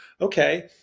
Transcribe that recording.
okay